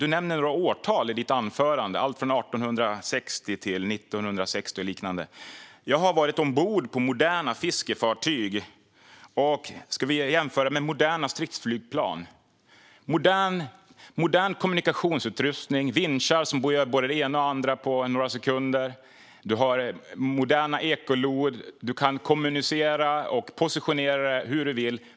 Du nämnde några årtal i ditt anförande, allt från 1860 till 1960. Jag har varit ombord på moderna fiskefartyg, och vi kan jämföra med moderna stridsflygplan. Man har modern kommunikationsutrustning, vinschar som gör både det ena och andra på några sekunder och moderna ekolod som gör att man kan kommunicera och positionera hur man vill.